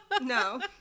no